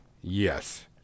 Yes